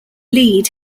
lead